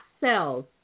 cells